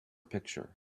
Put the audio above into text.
picture